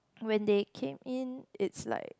when they came in is like